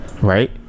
right